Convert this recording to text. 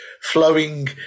flowing